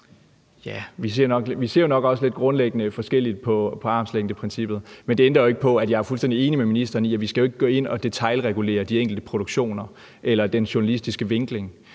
Vi ser nok også lidt grundlæggende forskelligt på armslængdeprincippet, men det ændrer jo ikke på, at jeg er fuldstændig enig med ministeren i, at vi ikke skal gå ind og detailregulere de enkelte produktioner eller den journalistiske vinkling,